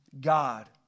God